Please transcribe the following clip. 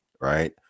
right